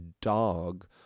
dog